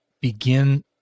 begin